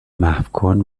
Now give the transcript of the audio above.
محوکن